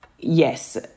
Yes